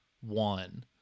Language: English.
one